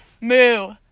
moo